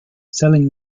selling